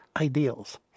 ideals